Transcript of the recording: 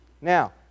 Now